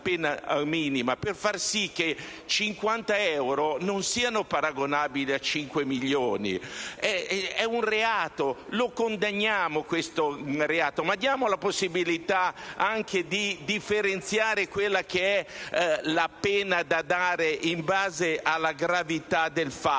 la pena minima, per far sì che 50 euro non siano paragonabili a 5 milioni. È un reato, lo condanniamo, ma diamo anche la possibilità di differenziare la pena da comminare in base alla gravità del fatto.